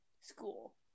School